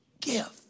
gift